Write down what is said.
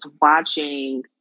watching